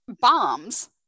bombs